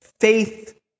faith